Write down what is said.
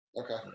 Okay